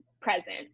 present